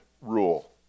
rule